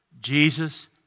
Jesus